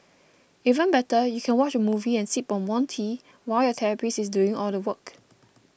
even better you can watch a movie and sip on warm tea while your therapist is doing all the work